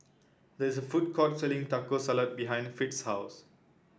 there's a food court selling Taco Salad behind Fritz's house